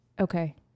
Okay